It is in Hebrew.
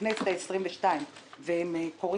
לכנסת ה-22 וקורים עכשיו.